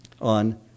on